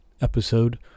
episode